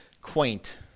quaint